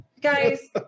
Guys